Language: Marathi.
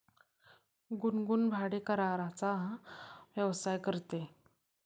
गुनगुन भाडेकराराचा व्यवसाय करते